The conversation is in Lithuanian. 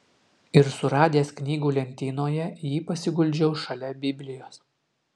ir suradęs knygų lentynoje jį pasiguldžiau šalia biblijos